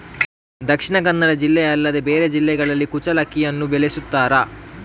ದಕ್ಷಿಣ ಕನ್ನಡ ಜಿಲ್ಲೆ ಅಲ್ಲದೆ ಬೇರೆ ಜಿಲ್ಲೆಗಳಲ್ಲಿ ಕುಚ್ಚಲಕ್ಕಿಯನ್ನು ಬೆಳೆಸುತ್ತಾರಾ?